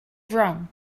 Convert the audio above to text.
wrong